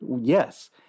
Yes